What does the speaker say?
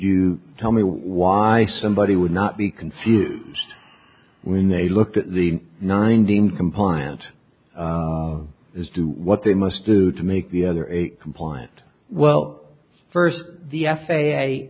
you tell me why somebody would not be confused when they looked at the nineteen compliant as to what they must do to make the other eight compliant welp first the f